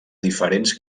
diferents